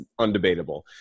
undebatable